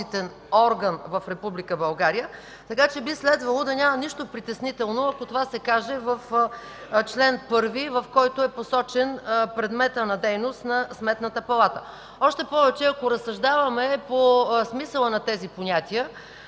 Още повече, ако разсъждаваме по смисъла на тези понятия,